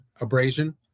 abrasion